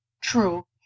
True